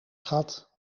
schat